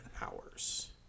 hours